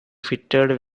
fitted